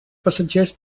passatgers